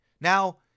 Now